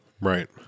Right